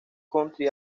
country